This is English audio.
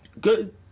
good